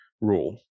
rule